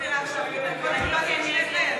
ההסתייגות לחלופין של חברת הכנסת יעל